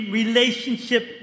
relationship